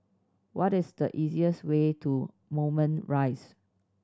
what is the easiest way to Moulmein Rise